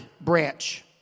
branch